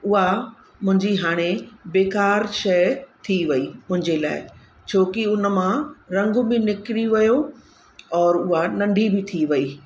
उहा मुंहिंजी हाणे बेकार शइ थी वयी मुंहिंजे लाइ छो कि उनमां रंग बि निकरी वयो और उहा नंढी बि थी वयी